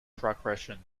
progression